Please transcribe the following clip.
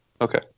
Okay